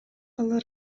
алар